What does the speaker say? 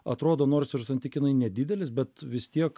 atrodo nors ir santykinai nedidelis bet vis tiek